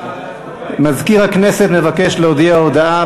מזכיר הכנסת מבקש להודיע הודעה.